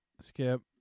skip